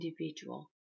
individual